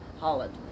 Holland